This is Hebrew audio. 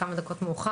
בוקר טוב